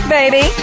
baby